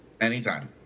Anytime